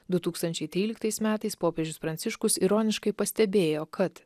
du tūkstančiai tryliktais metais popiežius pranciškus ironiškai pastebėjo kad